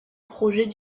projet